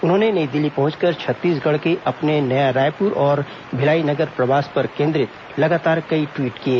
उन्होंने नई दिल्ली पहुंचकर छत्तीसगढ़ के अपने नया रायपुर और भिलाई नगर प्रवास पर केन्द्रित लगातार कई ट्वीट किए